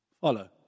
follow